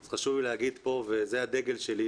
אז חשוב לי להגיד פה, וזה הדגל שלי,